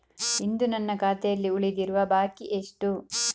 ಇಂದು ನನ್ನ ಖಾತೆಯಲ್ಲಿ ಉಳಿದಿರುವ ಬಾಕಿ ಎಷ್ಟು?